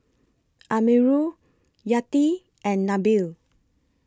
Amirul Yati and Nabil